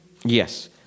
Yes